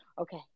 okay